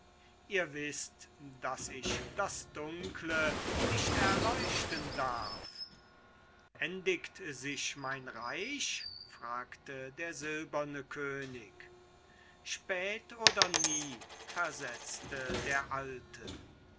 ihr wißt daß ich das dunkle nicht erleuchten darf endigt sich mein reich fragte der silberne könig spät oder nie versetzte der alte